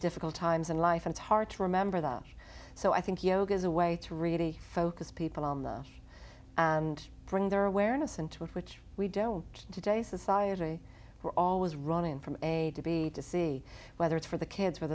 difficult times in life it's hard to remember them so i think yoga is a way to really focus people on the and bring their awareness into it which we don't today society we're always running from a to b to c whether it's for the kids